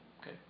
okay